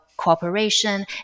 cooperation